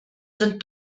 sind